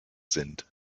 sind